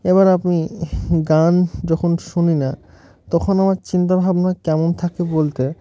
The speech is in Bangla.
এবার আপনি গান যখন শুনি না তখন আমার চিন্তাভাবনা কেমন থাকে বলতে